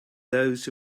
those